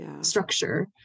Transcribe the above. structure